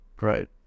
right